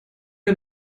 wir